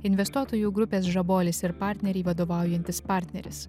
investuotojų grupės žabolis ir partneriai vadovaujantis partneris